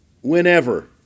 Whenever